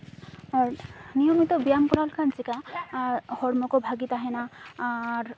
ᱟᱨ ᱱᱤᱭᱚᱢᱤᱛᱚ ᱵᱮᱭᱟᱢ ᱠᱚᱨᱟᱣ ᱞᱮᱠᱷᱟᱱ ᱪᱤᱠᱟᱜᱼᱟ ᱦᱚᱲᱢᱚ ᱠᱚ ᱵᱷᱟᱹᱜᱤ ᱛᱟᱦᱮᱱᱟ ᱟᱨ